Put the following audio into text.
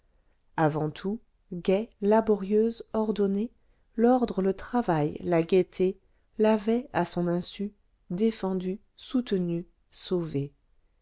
avant tout gaie laborieuse ordonnée l'ordre le travail la gaieté l'avaient à son insu défendue soutenue sauvée